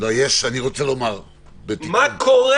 מה קורה